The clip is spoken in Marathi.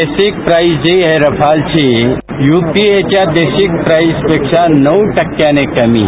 बेसिक प्राइस जी आहे रफालची युपीएच्या बेसिक प्राइसपेक्षा नऊ टक्क्यांनी कमी आहे